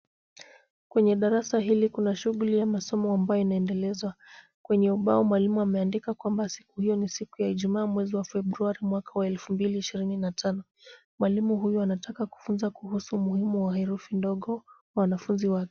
Kwenye darasa hili kuna shughuli ya masomo ambayo inaendelezwa. Kwenye ubao mwalimu ameandika kwamba siku hiyo ni siku ya ijumaa mwezi wa Februari mwaka wa elfu mbili ishirini na tano. Mwalimu huyu anataka kufunza kuhusu umuhimu wa herufi ndogo, wanafanzi wake.